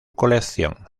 colección